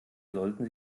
sollten